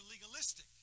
legalistic